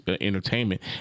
entertainment